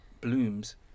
blooms